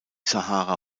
sahara